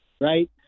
right